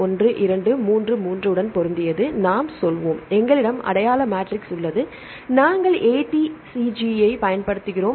1 2 3 3 உடன் பொருந்தியது நாம் சொல்வோம் எங்களிடம் அடையாள மேட்ரிக்ஸ் உள்ளது நாங்கள் ATCG யைப் பயன்படுத்துகிறோம்